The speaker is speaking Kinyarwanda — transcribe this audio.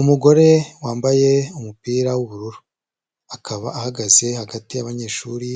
Umugore wambaye umupira w'ubururu, akaba ahagaze hagati y'abanyeshuri,